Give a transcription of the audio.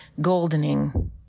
goldening